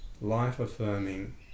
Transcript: life-affirming